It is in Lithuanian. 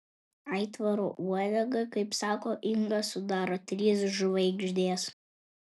aitvaro uodegą kaip sako inga sudaro trys žvaigždės